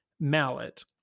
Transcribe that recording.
mallet